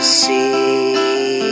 see